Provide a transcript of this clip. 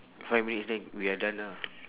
five minutes then we are done lah